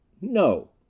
No